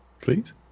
Please